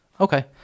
Okay